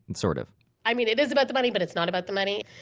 and sort of i mean, it is about the money, but it's not about the money.